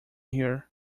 here